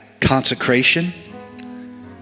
consecration